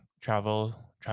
travel